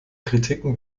kritiken